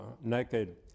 naked